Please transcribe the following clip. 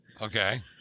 Okay